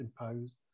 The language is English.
imposed